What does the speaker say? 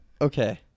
Okay